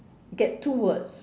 get two words